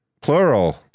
Plural